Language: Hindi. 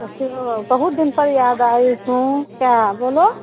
अच्छा बहुत दिन पर याद आई क्या बोलो